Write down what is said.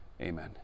amen